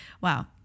Wow